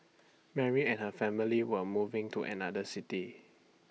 Mary and her family were moving to another city